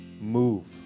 move